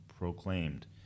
proclaimed